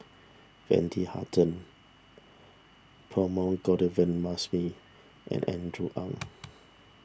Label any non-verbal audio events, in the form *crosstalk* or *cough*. Wendy Hutton Perumal *unintelligible* and Andrew Ang